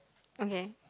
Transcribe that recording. okay